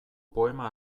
poema